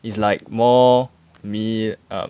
is like more me um